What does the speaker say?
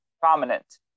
prominent